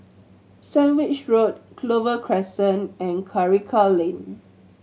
Sandwich Road Clover Crescent and Karikal Lane